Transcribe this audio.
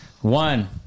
One